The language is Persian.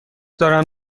دارم